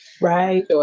Right